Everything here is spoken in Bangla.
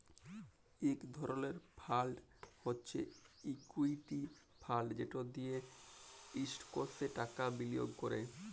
ইক ধরলের ফাল্ড হছে ইকুইটি ফাল্ড যেট দিঁয়ে ইস্টকসে টাকা বিলিয়গ ক্যরে